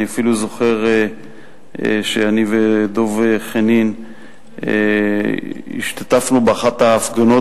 אני אפילו זוכר שאני ודב חנין השתתפנו באחת ההפגנות,